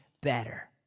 better